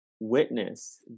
witness